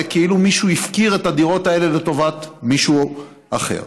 כאילו מישהו הפקיר את הדירות האלה לטובת מישהו אחר.